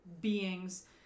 beings